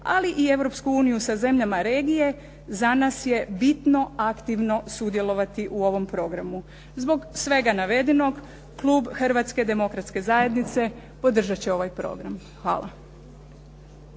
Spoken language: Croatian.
ali i Europsku uniju sa zemljama regije za nas je bitno aktivno sudjelovati u ovom programu. Zbog svega navedenog, klub Hrvatske demokratske zajednice podržati će ovaj program. Hvala.